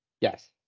Yes